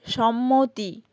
সম্মতি